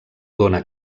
dóna